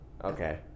Okay